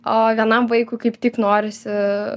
o vienam vaikui kaip tik norisi